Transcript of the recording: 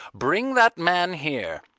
bring that man here,